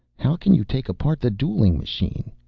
how can you take apart the dueling machine?